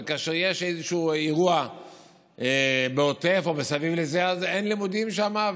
וכאשר יש איזשהו אירוע בעוטף או מסביב לזה אין לימודים שם.